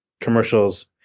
commercials